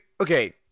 okay